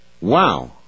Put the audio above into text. Wow